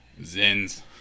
Zins